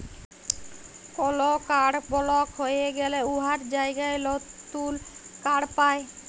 call card block হঁয়ে গ্যালে উয়ার জায়গায় লতুল কাড় পায়